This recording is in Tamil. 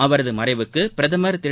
அவரது மறைவுக்கு பிரதமர் திரு